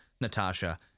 Natasha